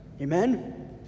Amen